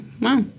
wow